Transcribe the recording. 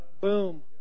Boom